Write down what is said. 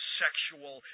sexual